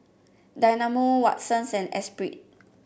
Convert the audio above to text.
Dynamo Watsons and Espirit